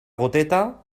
goteta